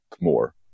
more